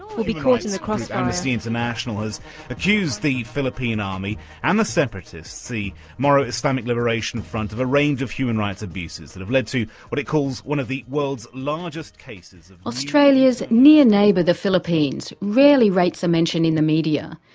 we'll be caught in the crossfire. amnesty international has accused the philippine army and the separatists, the moral islamic liberation front, of a range of human rights abuses, that have led to what it calls one of the world's largest cases. australia's near neighbour, the philippines, rarely rates a mention in the media.